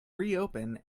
reopen